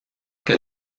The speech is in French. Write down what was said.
que